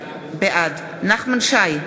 בעד נחמן שי,